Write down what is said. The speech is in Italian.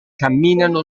camminano